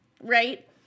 right